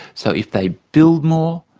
so if they build more,